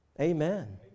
Amen